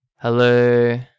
Hello